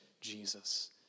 Jesus